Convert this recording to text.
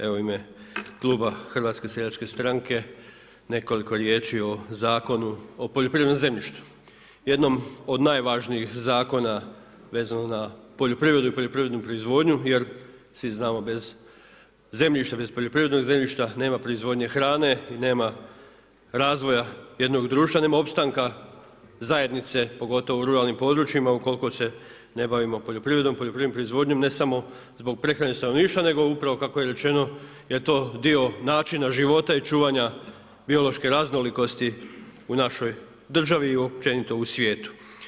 Evo u ime kluba Hrvatske seljačke stranke nekoliko riječi o Zakonu o poljoprivrednom zemljištu jednom od najvažnijih zakona vezano za poljoprivredu i poljoprivrednu proizvodnju, jer svi znamo bez zemljišta, bez poljoprivrednog zemljišta nema proizvodnje hrane i nema razvoja jednog društva, nema opstanka zajednice pogotovo u ruralnim područjima ukoliko se ne bavimo poljoprivredom, poljoprivrednom proizvodnjom ne samo zbog prehrane stanovništva, nego upravo kako je rečeno je to dio načina života i čuvanja biološke raznolikosti u našoj državi i općenito u svijetu.